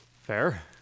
Fair